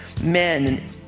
Men